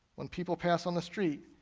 when people pass on the street,